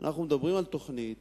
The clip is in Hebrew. אנחנו מדברים על תוכנית